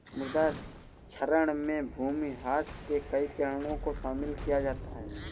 मृदा क्षरण में भूमिह्रास के कई चरणों को शामिल किया जाता है